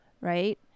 right